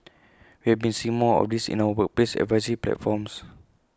we have been seeing more of this in our workplace advisory platforms